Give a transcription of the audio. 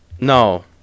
No